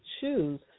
choose